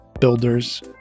builders